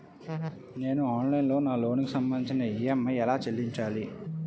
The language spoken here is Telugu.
నేను ఆన్లైన్ లో నా లోన్ కి సంభందించి ఈ.ఎం.ఐ ఎలా చెల్లించాలి?